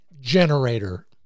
generator